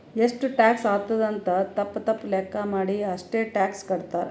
ಎಷ್ಟು ಟ್ಯಾಕ್ಸ್ ಆತ್ತುದ್ ಅಂತ್ ತಪ್ಪ ತಪ್ಪ ಲೆಕ್ಕಾ ಮಾಡಿ ಅಷ್ಟೇ ಟ್ಯಾಕ್ಸ್ ಕಟ್ತಾರ್